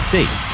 Date